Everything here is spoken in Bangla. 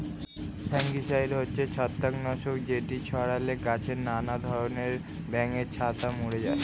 ফাঙ্গিসাইড হচ্ছে ছত্রাক নাশক যেটি ছড়ালে গাছে নানা ধরণের ব্যাঙের ছাতা মরে যায়